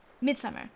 Midsummer